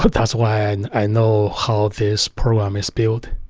but that's why i know how this program is built.